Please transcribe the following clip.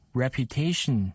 reputation